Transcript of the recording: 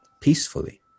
peacefully